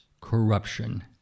corruption